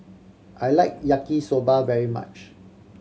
I like Yaki Soba very much